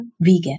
vegan